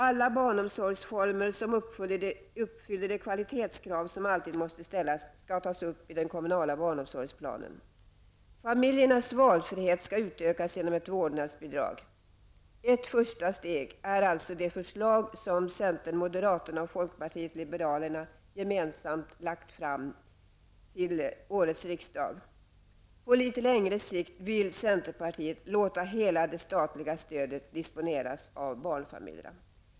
Alla barnomsorgsformer som uppfyller de kvalitetskrav som alltid måste ställas skall tas upp i den kommunala barnomsorgsplanen. Familjernas valfrihet skall utökas genom ett vårdnadsbidrag. Ett första steg är alltså det förslag som centern, moderaterna och folkpartiet liberalerna gemensamt lagt fram till årets riksdag. På litet längre sikt vill centernpartiet låta hela det statliga stödet disponeras av barnfamiljerna.